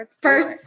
First